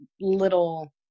little